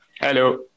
Hello